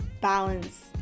balance